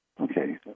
Okay